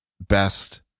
best